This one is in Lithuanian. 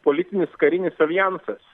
politinis karinis aljansas